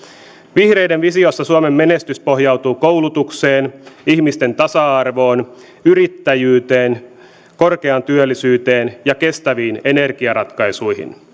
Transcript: vihreiden visiossa suomen menestys pohjautuu koulutukseen ihmisten tasa arvoon yrittäjyyteen korkeaan työllisyyteen ja kestäviin energiaratkaisuihin